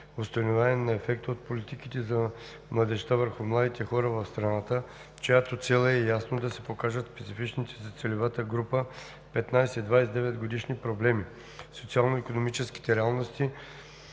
„Установяване на ефекта от политиките за младежта върху младите хора в страната“, чиято цел е ясно да се покажат специфичните за целевата група (15 – 29-годишни) проблеми, социално-икономическите реалности,